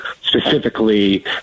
specifically